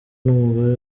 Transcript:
n’umugore